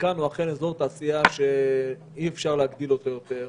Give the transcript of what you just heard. ברקן הוא אכן אזור תעשייה שאי-אפשר להגדיל אותו יותר,